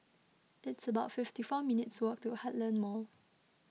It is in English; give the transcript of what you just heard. it's about fifty four minutes' walk to Heartland Mall